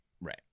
Right